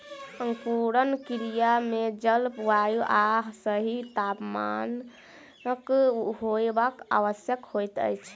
अंकुरण क्रिया मे जल, वायु आ सही तापमानक होयब आवश्यक होइत अछि